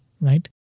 right